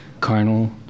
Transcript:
carnal